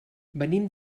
venim